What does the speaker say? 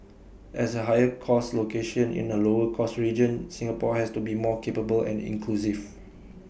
as A higher cost location in A lower cost region Singapore has to be more capable and inclusive